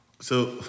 So-